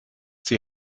die